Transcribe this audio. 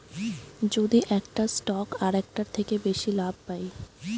যদি একটা স্টক আরেকটার থেকে বেশি লাভ পায়